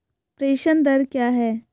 प्रेषण दर क्या है?